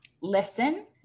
listen